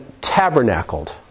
tabernacled